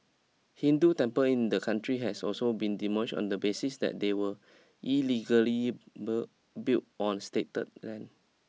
Hindu temple in the country has also been demolished on the basis that they were illegally built on stated land